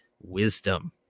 wisdom